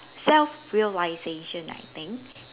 self realization I think